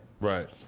Right